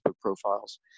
profiles